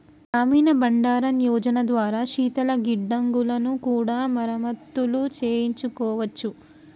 గ్రామీణ బండారన్ యోజన ద్వారా శీతల గిడ్డంగులను కూడా మరమత్తులు చేయించుకోవచ్చు